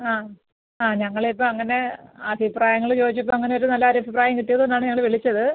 ആ ആ ഞങ്ങളിപ്പോൾ അങ്ങനെ അഭിപ്രായങ്ങൾ ചോദിച്ചപ്പോൾ അങ്ങനൊരു നല്ലൊരഭിപ്രായം കിട്ടിയത് കൊണ്ടാണ് ഞങ്ങൾ വിളിച്ചത്